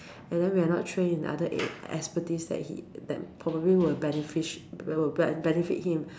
and then we are not trained in other ar~ expertise that he that probably will beneficial will benefit him